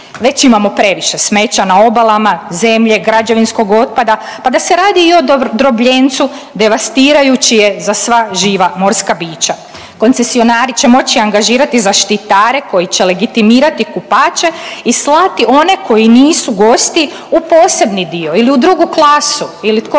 Već imamo previše smeća na obalama, zemlje, građevinskog otpada, pa da se i radi o drobljencu, devastirajući je za sva živa morska bića. Koncesionari će moći angažirati zaštitare koji će legitimirati kupače i slati one koji nisu gosti u posebni dio ili u drugu klasu ili tko